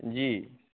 जी